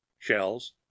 shells